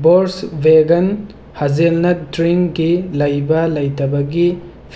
Borges ꯕꯦꯒꯟ hazelnut ꯗ꯭ꯔꯤꯡꯒꯤ ꯂꯩꯕ ꯂꯩꯇꯕꯒꯤ